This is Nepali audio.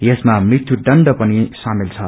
यसमा मृत्यु दण्ड पनि ख्शमेल छ